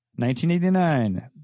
1989